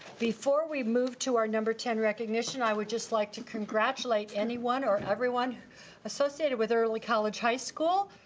before we move to our number ten recognition i would just like to congratulate anyone or everyone associated with early college high school,